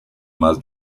más